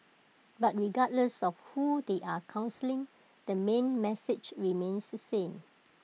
but regardless of who they are counselling the main message remains the same